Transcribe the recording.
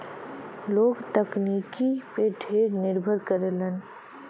लोग तकनीकी पे ढेर निर्भर करलन